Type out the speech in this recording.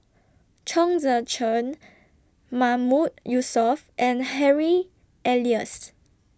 Chong Tze Chien Mahmood Yusof and Harry Elias